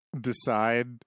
decide